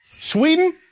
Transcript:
Sweden